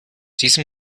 diesem